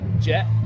Jet